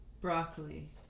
broccoli